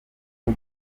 cyo